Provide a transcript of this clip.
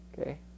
okay